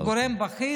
"גורם בכיר".